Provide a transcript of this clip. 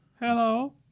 Hello